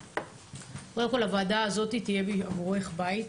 קודם כל הוועדה הזאת תהיה עבורך בית